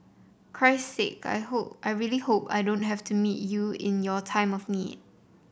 Christ sake I hope I really hope I don't have to meet you in your time of need